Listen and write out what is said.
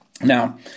Now